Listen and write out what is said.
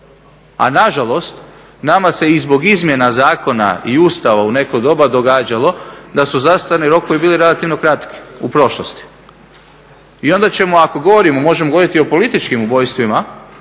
a nažalost nama se i zbog izmjena zakona i Ustava u neko doba događalo da su zastarni rokovi bili relativno kratki u prošlosti. I onda ćemo ako govorimo, možemo govorit i o političkim ubojstvima,